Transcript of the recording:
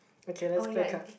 okay let's play card